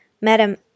Madam